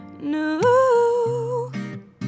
new